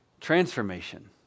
transformation